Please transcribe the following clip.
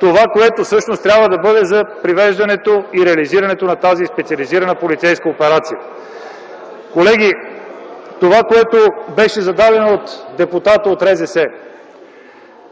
това, което всъщност трябва да бъде за провеждането и реализирането на тази специализирана полицейска операция. Колеги, това, което беше зададено от депутат от РЗС